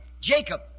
Jacob